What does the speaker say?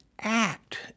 act